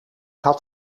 had